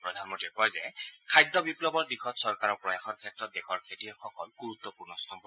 প্ৰধানমন্ত্ৰীয়ে কয় যে খাদ্য বিপ্লৱৰ দিশত চৰকাৰৰ প্ৰয়াসৰ ক্ষেত্ৰত দেশৰ খেতিয়কসকল গুৰুত্বপূৰ্ণ স্তম্ভ